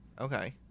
Okay